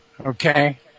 okay